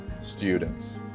students